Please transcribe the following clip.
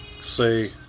say